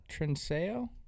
Trinseo